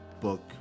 book